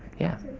yeah